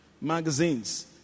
magazines